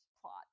plot